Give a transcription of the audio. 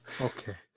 Okay